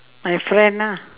my friend ah